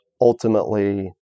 ultimately